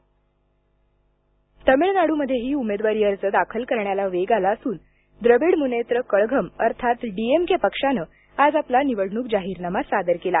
तामिळनाड् तमिळनाड्रमध्येही उमेदवारी अर्ज दाखल करण्याला वेग आला असून द्रविड मुनेत्र कळघम अर्थात डीएमके पक्षानं आज आपला निवडणूक जाहीरनामा सादर केला